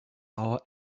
our